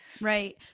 right